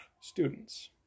students